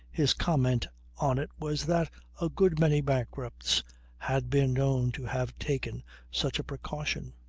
his comment on it was that a good many bankrupts had been known to have taken such a precaution.